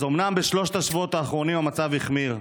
אז אומנם בשלושת השבועות האחרונים המצב החמיר,